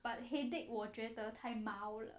but headache 我觉得太 mild 了